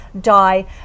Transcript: die